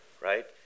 right